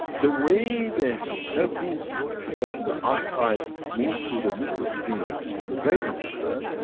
the way the herpes from the outside moved through the middle skin to the brain of the man,